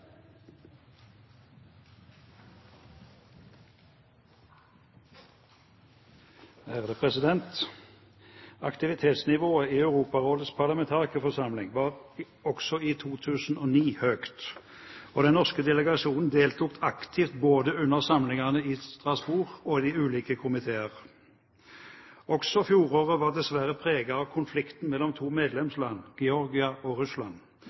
den norske delegasjonen deltok aktivt under samlingene både i Strasbourg og i de ulike komiteer. Også fjoråret var dessverre preget av konflikten mellom to medlemsland, Georgia og Russland.